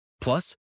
Plus